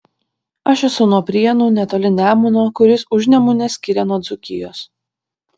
aš esu nuo prienų netoli nemuno kuris užnemunę skiria nuo dzūkijos